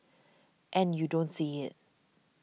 and you don't see it